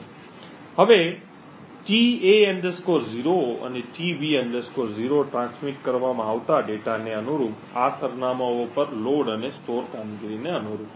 હવે tA 0 અને tB 0 transmit કરવામાં આવતા ડેટાને અનુરૂપ આ સરનામાંઓ પર લોડ અને સ્ટોર કામગીરીને અનુરૂપ છે